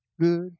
good